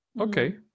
Okay